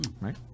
right